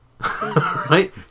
right